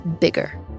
bigger